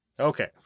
Okay